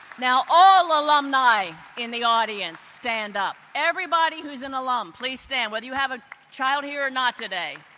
now all alumni in the audience stand up. everybody who's an alum, please stand, whether you have a child here or not today.